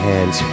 Hands